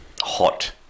hot